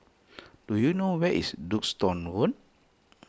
do you know where is Duxton Road